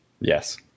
Yes